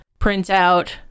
printout